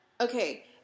okay